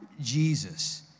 Jesus